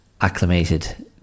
acclimated